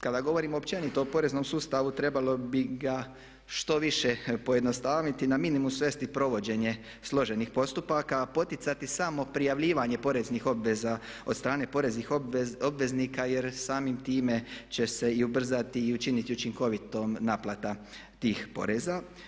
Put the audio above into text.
Kada govorimo općenito o poreznom sustavu trebalo bi ga što više pojednostaviti i na minimum svesti provođenje složenih postupaka, poticati samo prijavljivanje poreznih obveza od strane poreznih obveznika jer samim time će se i ubrzati i učiniti učinkovitom naplata tih poreza.